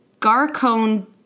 Garcon